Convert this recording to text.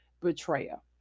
betrayal